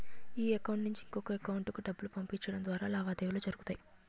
ఈ అకౌంట్ నుంచి ఇంకొక ఎకౌంటుకు డబ్బులు పంపించడం ద్వారా లావాదేవీలు జరుగుతాయి